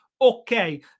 Okay